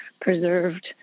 preserved